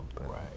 right